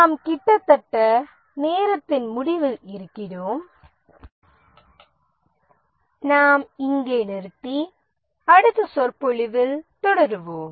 நாங்கள் கிட்டத்தட்ட நேரத்தின் முடிவில் இருக்கிறோம் நாங்கள் இங்கே நிறுத்தி அடுத்த சொற்பொழிவில் தொடருவோம்